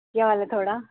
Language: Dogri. केह् हाल ऐ थोआड़ा